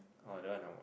oh that one no